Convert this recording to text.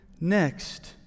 next